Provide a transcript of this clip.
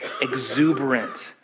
exuberant